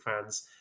fans